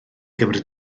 gymryd